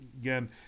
Again